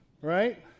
right